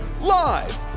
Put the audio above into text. live